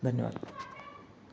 धन्यवाद